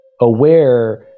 aware